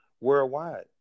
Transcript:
worldwide